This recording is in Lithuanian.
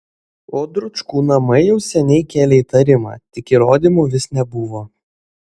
o dručkų namai jau seniai kėlė įtarimą tik įrodymų vis nebuvo